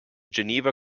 geneva